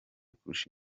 kurusha